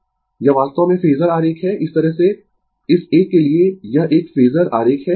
यह वास्तव में फेजर आरेख है इस तरह से इस एक के लिए यह एक फेजर आरेख है